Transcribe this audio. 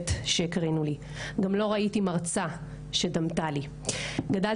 המרצה היחידה שפגשתי